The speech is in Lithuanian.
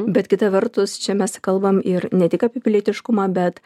bet kita vertus čia mes kalbam ir ne tik apie pilietiškumą bet